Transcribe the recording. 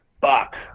fuck